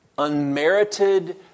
Unmerited